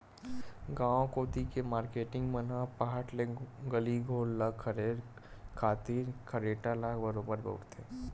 गांव कोती के मारकेटिंग मन ह पहट ले गली घोर ल खरेरे खातिर खरेटा ल बरोबर बउरथे